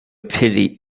pity